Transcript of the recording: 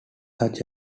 such